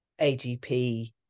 AGP